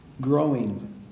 growing